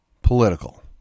political